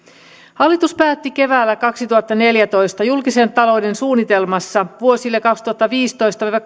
hallitus päätti keväällä kaksituhattaneljätoista julkisen talouden suunnitelmassa vuosille kaksituhattaviisitoista viiva